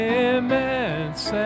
immense